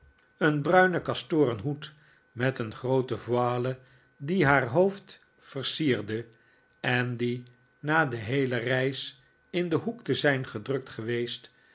een bruinen kastoren hoed met een groote voile die haar hoofd versierde en die na de heele reis in den hoek te zijn gedrukt geweest